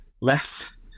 less